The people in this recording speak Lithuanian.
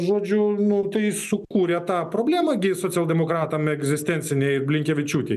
žodžiu nu tai sukūrė tą problemą gi socialdemokratam egzistencinei blinkevičiūtei